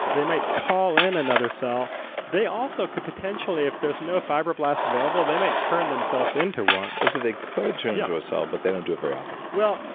they might call in another cell they also could potentially if there's no fibroblast available, they might turn themselves into one so they could turn into a cell but they don't do it very often well,